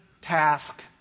task